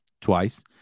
twice